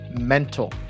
mental